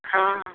हँ